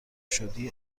شدی